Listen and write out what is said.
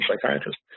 psychiatrist